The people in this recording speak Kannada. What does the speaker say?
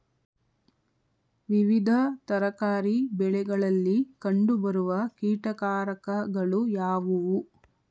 ವಿವಿಧ ತರಕಾರಿ ಬೆಳೆಗಳಲ್ಲಿ ಕಂಡು ಬರುವ ಕೀಟಕಾರಕಗಳು ಯಾವುವು?